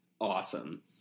Awesome